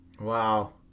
Wow